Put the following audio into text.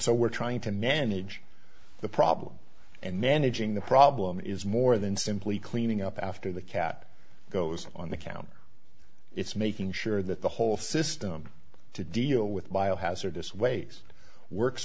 so we're trying to manage the problem and managing the problem is more than simply cleaning up after the cat goes on the counter it's making sure that the whole system to deal with bio hazardous waste works